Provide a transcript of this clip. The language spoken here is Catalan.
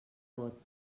vot